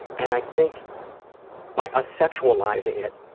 and i think by us sexualizing it,